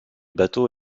bateau